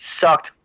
sucked